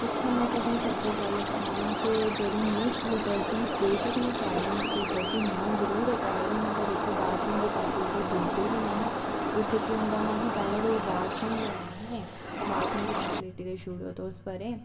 दिक्खो में तुसेंगी सच्ची गल्ल सनांऽ ते जदूं में स्कूल पढ़दी ही ते बेशक्क में अकै मी स्कूल पढ़दी ही जरूर अकैडमी हा पर उत्थें बाथरूम दी फैस्लिटी बी निं ऐही उत्थें केह् होंदा हा कि पैह्लें उत्थें बाथरूम गै निं हे बाथरूम दी फेसलिटी ते तुस छुड़ो परें